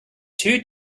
two